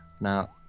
Now